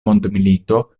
mondmilito